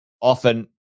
often